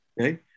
Okay